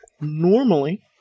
Normally